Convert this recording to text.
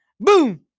boom